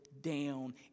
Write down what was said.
down